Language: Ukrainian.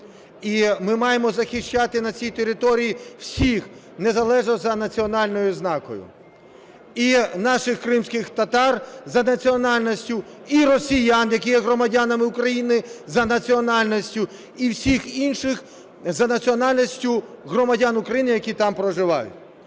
І ми маємо захищати на цій території всіх, незалежно від національної ознаки: і наших кримських татар за національністю, і росіян, які є громадянами України за національністю, і всіх інших за національністю громадян України, які там проживають.